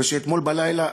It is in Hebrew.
ואתמול בלילה,